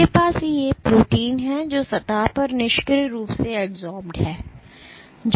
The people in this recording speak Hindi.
आपके पास ये प्रोटीन हैं जो सतह पर निष्क्रिय रूप से adsorbed हैं